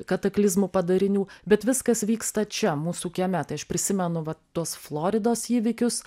kataklizmų padarinių bet viskas vyksta čia mūsų kieme tai aš prisimenu va tuos floridos įvykius